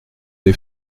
des